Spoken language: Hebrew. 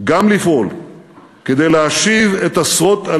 גם לפעול כדי להשיב לארצותיהם את עשרות